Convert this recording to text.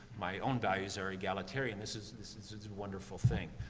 my own values are egalitarian, this is. this and so is a wonderful thing.